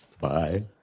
Bye